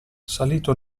salito